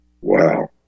Wow